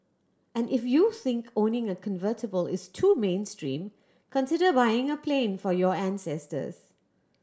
and if you think owning a convertible is too mainstream consider buying a plane for your ancestors